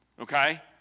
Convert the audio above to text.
Okay